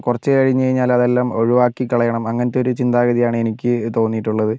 കുറച്ചുകഴിഞ്ഞ് കഴിഞ്ഞാൽ അതെല്ലാം ഒഴിവാക്കി കളയണം അങ്ങനത്തൊരു ചിന്താഗതിയാണ് എനിക്ക് തോന്നിയിട്ടുള്ളത്